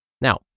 Now